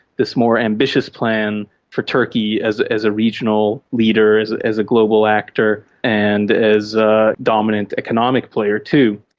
this more ambitious plan for turkey as as a regional leader, as as a global actor, and as a dominant economic player, too.